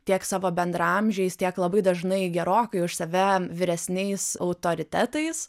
tiek savo bendraamžiais tiek labai dažnai gerokai už save vyresniais autoritetais